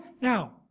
now